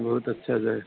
बहुत अच्छी जगह